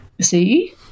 see